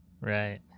Right